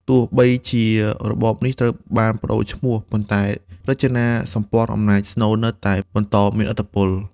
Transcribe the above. ទោះបីជារបបនេះត្រូវបានប្តូរឈ្មោះ ប៉ុន្តែរចនាសម្ព័ន្ធអំណាចស្នូលនៅតែបន្តមានឥទ្ធិពល។